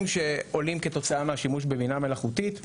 שעולים כתוצאה מהשימוש בבינה מלאכותית.